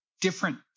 different